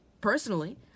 personally